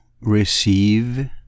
receive